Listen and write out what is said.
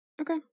Okay